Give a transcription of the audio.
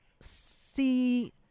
see